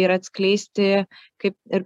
ir atskleisti kaip ir